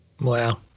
Wow